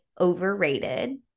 overrated